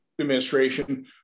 administration